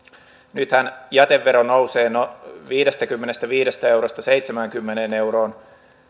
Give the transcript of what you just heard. nythän jätevero nousee viidestäkymmenestäviidestä eurosta seitsemäänkymmeneen euroon